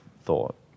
thought